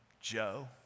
Joe